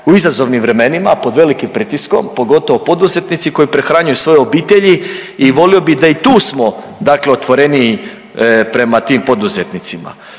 u izazovnim vremenima, pod velikim pritiskom, pogotovo poduzetnici koji prehranjuju svoje obitelji i volio bi da i tu smo dakle otvoreniji prema tim poduzetnicima.